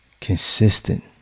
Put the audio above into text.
Consistent